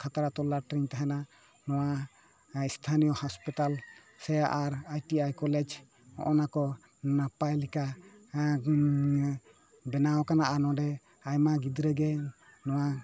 ᱠᱷᱟᱛᱲᱟ ᱛᱚᱞᱞᱟᱴ ᱨᱮᱧ ᱛᱟᱦᱮᱱᱟ ᱱᱚᱣᱟ ᱥᱛᱷᱟᱱᱚᱭᱚ ᱦᱟᱥᱯᱟᱛᱟᱞ ᱥᱮ ᱟᱨ ᱟᱭᱹᱴᱤᱹᱟᱭ ᱠᱚᱞᱮᱡᱽ ᱦᱚᱸᱜᱼᱚ ᱱᱟᱠᱚ ᱱᱟᱯᱟᱭ ᱞᱮᱠᱟ ᱵᱮᱱᱟᱣ ᱠᱟᱱᱟ ᱟᱨ ᱱᱚᱰᱮ ᱟᱭᱢᱟ ᱜᱤᱫᱽᱨᱟᱹᱜᱮ ᱱᱚᱣᱟ